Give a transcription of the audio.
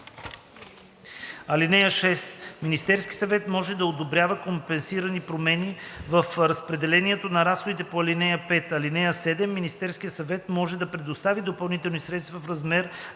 (6) Министерският съвет може да одобрява компенсирани промени в разпределението на разходите по ал. 5. (7) Министерският съвет може да предостави допълнителни средства в размер